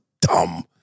dumb